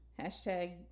Hashtag